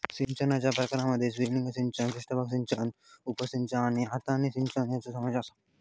सिंचनाच्या प्रकारांमध्ये स्प्रिंकलर सिंचन, पृष्ठभाग सिंचन, उपसिंचन आणि हातान सिंचन यांचो समावेश आसा